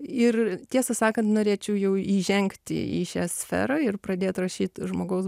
ir tiesą sakant norėčiau jau įžengti į šią sferą ir pradėt rašyt žmogaus